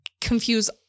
confuse